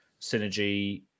synergy